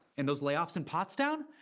and those layoffs in pottstown?